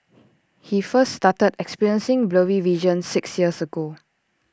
he first started experiencing blurry vision six years ago